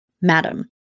Madam